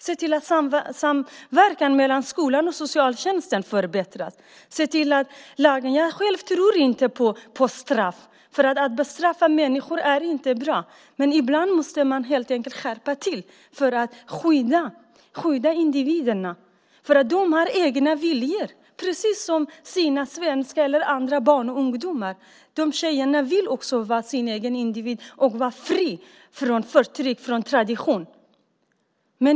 Se till att samverkan mellan skolan och socialtjänsten förbättras! Jag själv tror inte på straff, för det är inte bra att bestraffa människor. Men ibland måste man helt enkelt skärpa lagen för att skydda individerna. De har egna viljor, precis som svenska eller andra barn och ungdomar. De här tjejerna vill också vara egna individer och vara fria från förtryck och från tradition.